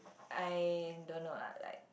I don't know lah like